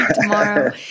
tomorrow